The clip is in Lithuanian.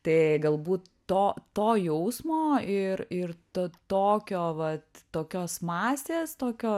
tai galbūt to to jausmo ir ir to tokio vat tokios masės tokio